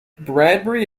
bradbury